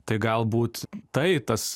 tai galbūt tai tas